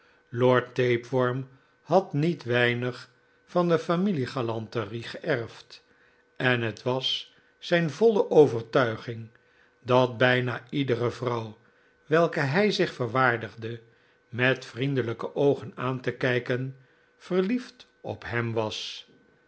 lord tapeworm had niet weinig van de familie galanterie geerfd en het was zijn voile overtuiging dat bijna iedere vrouw welke hij zich verwaardigde met vriendelijke oogen aan te kijken verliefd op hem was